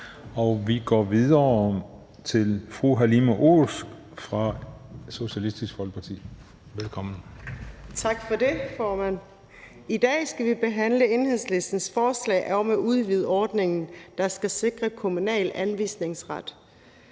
vi går videre til fru Halime Oguz fra Socialistisk Folkeparti. Velkommen. Kl. 14:03 (Ordfører) Halime Oguz (SF): Tak for det, formand. I dag skal vi behandle Enhedslistens forslag om at udvide ordningen, der skal sikre kommunal anvisningsret